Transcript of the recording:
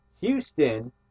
Houston